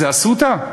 זה "אסותא"?